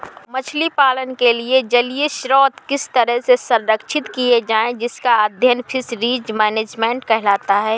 मछली पालन के लिए जलीय स्रोत किस तरह से संरक्षित किए जाएं इसका अध्ययन फिशरीज मैनेजमेंट कहलाता है